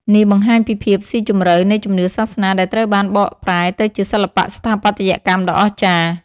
នេះបង្ហាញពីភាពស៊ីជម្រៅនៃជំនឿសាសនាដែលត្រូវបានបកប្រែទៅជាសិល្បៈស្ថាបត្យកម្មដ៏អស្ចារ្យ។